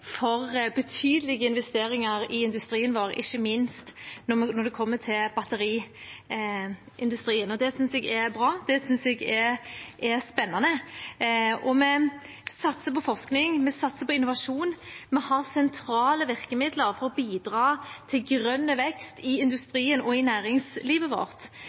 for betydelige investeringer i industrien vår, ikke minst når det kommer til batteriindustrien. Det syns jeg er bra, det syns jeg er spennende. Vi satser på forskning, vi satser på innovasjon, vi har sentrale virkemidler for å bidra til grønn vekst i industrien og i næringslivet vårt.